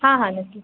हां हां नक्की